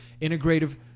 Integrative